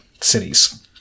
cities